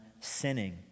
sinning